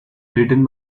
written